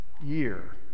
year